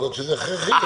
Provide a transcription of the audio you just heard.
יכול להיות שזה הכרחי,